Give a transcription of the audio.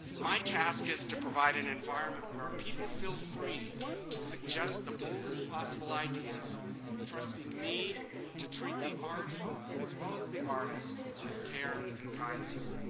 my task is to provide an environment where people feel free to suggest the boldest possible ideas trusting me to treat the art as well as the artist with care and kindness.